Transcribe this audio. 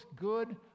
good